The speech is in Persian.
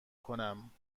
کنم